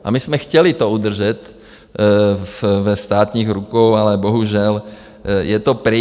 A my jsme to chtěli udržet ve státních rukou, ale bohužel je to pryč.